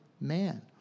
man